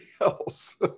else